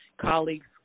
colleagues